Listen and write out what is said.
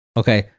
okay